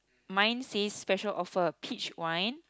mine says special offer peach wine